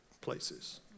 places